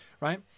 right